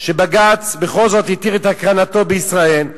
שבג"ץ בכל זאת התיר את הקרנתו בישראל,